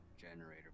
generator